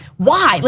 why?